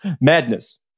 Madness